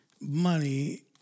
money